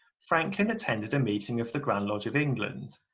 franklin attended a meeting of the grand lodge of england,